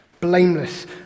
blameless